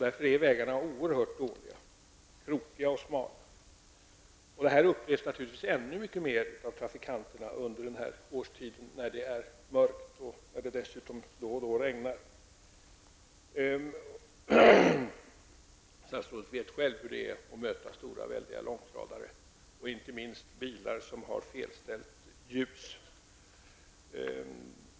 Därför är vägarna oerhört dåliga, krokiga och smala. Detta upplevs naturligtvis mer av trafikanterna under den årstid det är mörkt och det dessutom regnar då och då. Statsrådet vet själv hur det är att möta stora, väldiga långtradare och, inte minst, bilar som har felställt ljus.